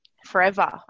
forever